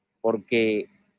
Porque